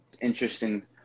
interesting